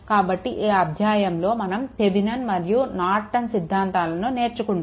కాబట్టి ఈ అధ్యాయంలో మనం థేవినెన్ మరియు నార్టన్ సిద్ధాంతాలను నేర్చుకుంటాము